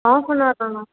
of ஒன்றும் ஆகலைண்ணா